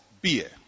beer